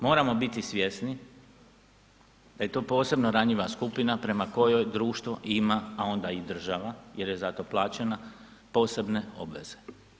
Moramo biti svjesni da je to posebno ranjiva skupina prema kojoj društvo ima, a onda i država jer je za to plaćena, posebne obveze.